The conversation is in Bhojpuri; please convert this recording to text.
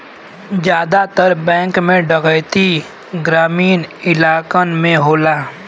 जादातर बैंक में डैकैती ग्रामीन इलाकन में होला